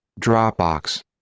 Dropbox